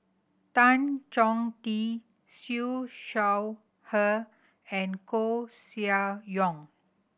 Tan Chong Tee Siew Shaw Her and Koeh Sia Yong